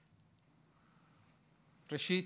ראשית,